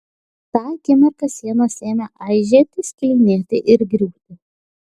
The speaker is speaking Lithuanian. tą akimirką sienos ėmė aižėti skilinėti ir griūti